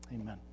Amen